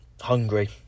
hungry